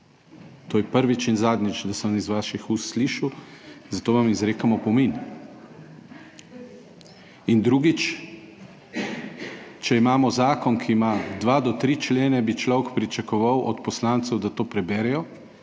To je prvič in zadnjič, da sem iz vaših ust slišal, zato vam izrekam opomin. Drugič, če imamo zakon, ki ima dva do tri člene, bi človek pričakoval od poslancev, da to preberejo